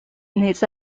needs